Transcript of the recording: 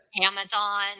Amazon